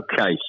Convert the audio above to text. Okay